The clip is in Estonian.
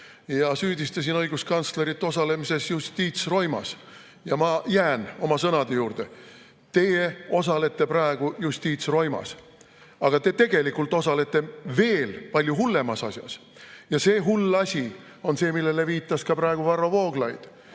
süüdistasin õiguskantslerit osalemises justiitsroimas. Ja ma jään oma sõnade juurde: teie osalete praegu justiitsroimas. Aga te tegelikult osalete veel palju hullemas asjas. Ja see hull asi on see, millele viitas praegu ka Varro Vooglaid.